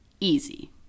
easy